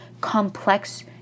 complex